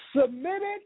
submitted